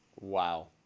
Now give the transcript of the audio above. Wow